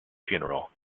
funeral